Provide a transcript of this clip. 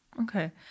Okay